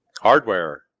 Hardware